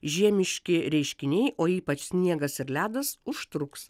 žiemiški reiškiniai o ypač sniegas ir ledas užtruks